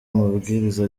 amabwiriza